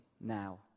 now